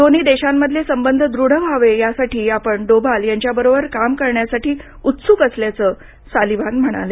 दोन्ही देशांमधले संबंध दृढ व्हावे यासाठी आपण डोवाल यांच्या बरोबर काम करण्यासाठी आपण उत्स्क असल्याचं सालीव्हान म्हणाले